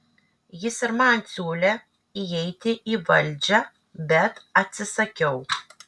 jis ir man siūlė įeiti į valdžią bet atsisakiau